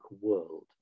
world